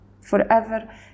forever